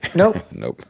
no. no.